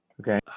okay